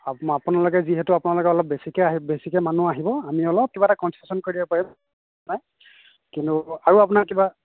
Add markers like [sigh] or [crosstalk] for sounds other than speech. আপো আপোনালোকে যিহেতু আপোনালোকে অলপ বেছিকৈ আহিব বেছিকৈ মানুহ আহিব আমি অলপ কিবা এটা কনচেচন কৰি দিব পাৰিম [unintelligible] কিন্তু আৰু আপোনাক কিবা